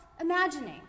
imagining